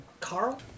Carl